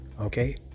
okay